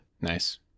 Nice